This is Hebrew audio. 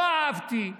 לא אהבתי,